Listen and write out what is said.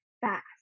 fast